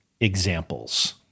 examples